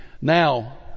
Now